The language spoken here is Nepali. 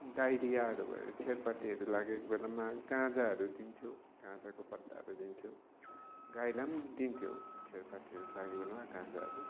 डाइरियाहरू भयो छेरपाटेहरू लागेको बेलामा गाँजाहरू दिन्थ्यो गाँजाको पत्ताहरू दिन्थ्यो गाईलाई पनि दिन्थ्यो छेरपाटेहरू लागेको बेलामा गाँजाहरू